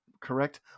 correct